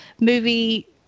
movie